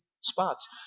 spots